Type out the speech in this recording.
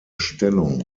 stellung